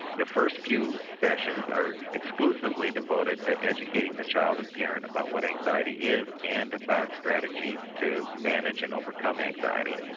the first few sessions are exclusively devoted to educating the child and parent about what anxiety is and about strategies to manage and overcome anxiety.